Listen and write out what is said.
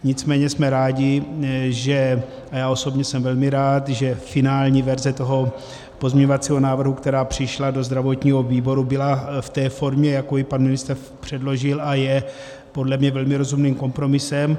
Nicméně jsme rádi, a já osobně jsem velmi rád, že finální verze toho pozměňovacího návrhu, která přišla do zdravotního výboru, byla v té formě, jako ji pan ministr předložil, a je podle mě velmi rozumným kompromisem.